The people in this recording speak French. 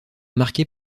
marqué